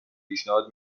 پیشنهاد